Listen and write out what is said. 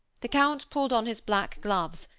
the count pulled on his black gloves,